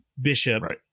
Bishop